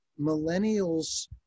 millennials